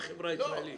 בחברה הישראלית,